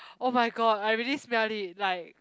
oh-my-god I really smelt it like